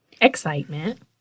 Excitement